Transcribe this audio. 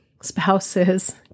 spouses